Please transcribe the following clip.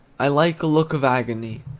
i like a look of agony,